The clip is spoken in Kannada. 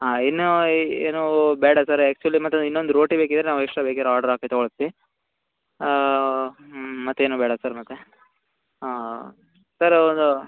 ಹಾಂ ಇನ್ನು ಏನೂ ಬೇಡ ಸರ್ ಆ್ಯಕ್ಚುವಲಿ ಮತ್ತೆ ಇನ್ನೊಂದು ರೋಟಿ ಬೇಕಿದ್ದರೆ ನಾವು ಎಕ್ಸ್ಟ್ರಾ ಬೇಕಿದ್ದರೆ ಆರ್ಡ್ರ್ ಹಾಕಿ ತಗೊಳ್ತಿವಿ ಮತ್ತೇನೂ ಬೇಡ ಸರ್ ಮತ್ತೆ ಹಾಂ ಸರ್ ಒಂದು